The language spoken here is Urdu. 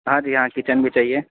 ہاں جی ہاں کچن بھی چاہیے